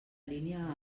línia